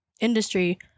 industry